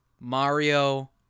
Mario